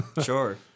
Sure